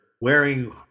wearing